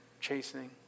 chastening